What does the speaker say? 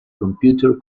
computer